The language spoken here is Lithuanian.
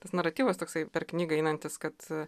tas naratyvas toksai per knygą einantis kad